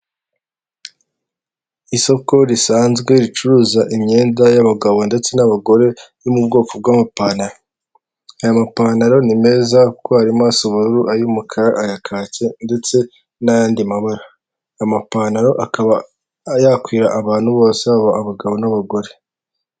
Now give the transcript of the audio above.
Isoko risanzwe ricuruza imyenda y'abagabo ndetse n'abagore yo mu bwoko bw'amapantaro, aya mapantaro ni meza kuko harimo asa ubururu ay'umukara aya kake ndetse n'ayandi mabara, aya mapantaro akaba yakwira abantu bose abagabo n'abagore.